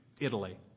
Italy